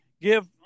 give